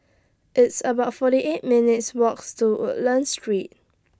It's about forty eight minutes' Walks to Woodlands Street